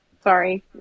Sorry